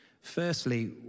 Firstly